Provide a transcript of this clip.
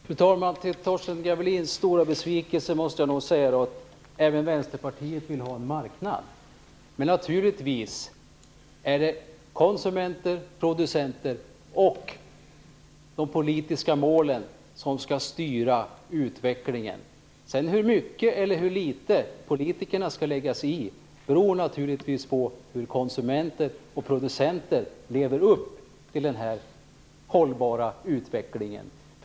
Fru talman! Till Torstens Gavelins stora besvikelse måste jag nog säga att även Vänsterpartiet vill ha en marknad. Men naturligtvis är det konsumenter, producenter och de politiska målen som skall styra utvecklingen. Hur mycket eller hur litet politikerna skall lägga sig i beror på hur konsumenter och producenter lever upp till målen för en hållbar utveckling.